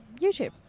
YouTube